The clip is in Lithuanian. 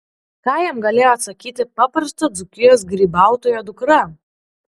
ką jam galėjo atsakyti paprasto dzūkijos grybautojo dukra